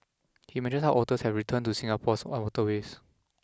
he mentions how otters have returned to Singapore's waterways